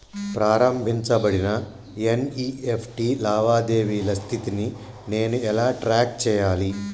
ప్రారంభించబడిన ఎన్.ఇ.ఎఫ్.టి లావాదేవీల స్థితిని నేను ఎలా ట్రాక్ చేయాలి?